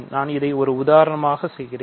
நான் இதை ஒரு உதாரணமாக செய்கிறேன்